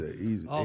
Easy